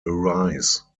arise